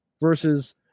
versus